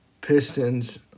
Pistons